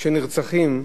של נרצחים,